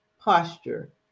posture